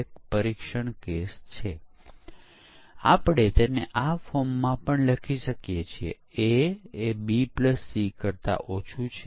અને પરીક્ષણના કેસો વિકાસ સાથે સમાંતર બનાવવામાં આવ્યા છે